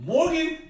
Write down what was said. Morgan